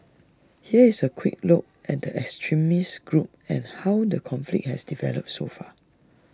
here is A quick look at the extremist group and how the conflict has developed so far